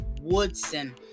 Woodson